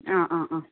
അ ആ ആ